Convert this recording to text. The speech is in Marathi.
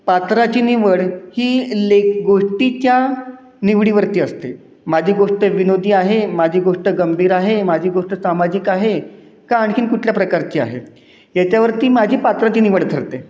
पात्राची निवड ही लेख गोट्टीच्या निवडीवरती असते माझी गोष्ट विनोदी आहे माझी गोष्ट गंभीर आहे माझी गोष्ट सामाजिक आहे का आणखीन कुठल्या प्रकारची आहे याच्यावरती माझी पात्राची निवड ठरते